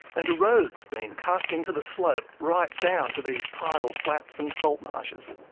and a road's been cut into the slope right down to these tidal flats and saltmashes.